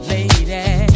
Lady